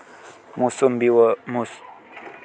मोसंबीवर yellow mosaic virus कोन्या गोष्टीच्या कमीनं होते?